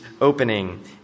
opening